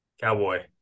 cowboy